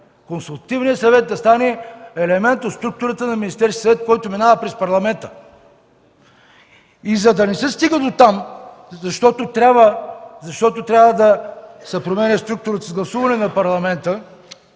Консултативният съвет да стане елемент от структурата на Министерския съвет, който минава през Парламента. За да не се стига дотам, защото трябва да се променя структурата с гласуване на Парламента,